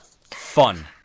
fun